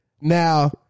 Now